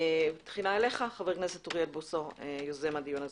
אליך תחילה, חבר הכנסת אוריאל בוסו, יוזם הדיון.